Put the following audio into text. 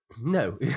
No